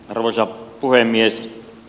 arvoisa puhemies